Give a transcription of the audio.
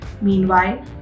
Meanwhile